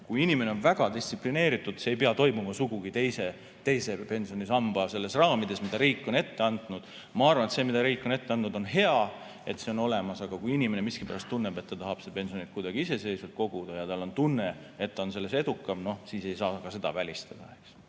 kui inimene on väga distsiplineeritud, siis see pensioni kogumine ei pea sugugi toimuma teise pensionisamba raamides, mida riik on ette andnud. Ma arvan, et see, mida riik on ette andnud, on hea. Hea, et see on olemas. Aga kui inimene miskipärast tunneb, et ta tahab seda pensioni kuidagi iseseisvalt koguda, ja tal on tunne, et ta on ise selles edukam, siis ei saa ka seda välistada.